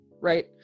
right